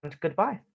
goodbye